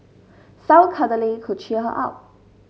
some cuddling could cheer her up